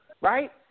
right